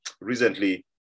recently